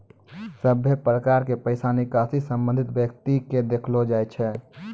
सभे प्रकार के पैसा निकासी संबंधित व्यक्ति के देखैलो जाय छै